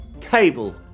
Table